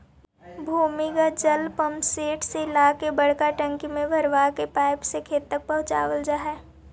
भूमिगत जल पम्पसेट से ला के बड़का टंकी में भरवा के पाइप से खेत तक पहुचवल जा हई